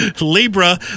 Libra